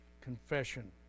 confession